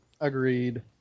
Agreed